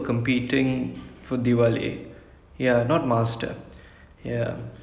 கைதி:kaithi and பிகில்:bigil K K கேக்கல:kaekala master